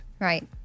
Right